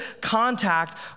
contact